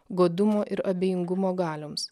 godumo ir abejingumo galioms